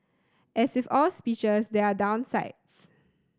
as with all speeches there are downsides